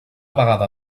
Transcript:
vegada